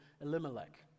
Elimelech